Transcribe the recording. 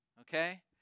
Okay